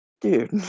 dude